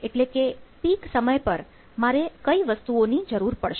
એટલે કે પીક સમય પર મારે કઈ વસ્તુઓની જરૂર પડશે